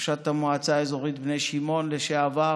ראשת המועצה האזורית בני שמעון לשעבר,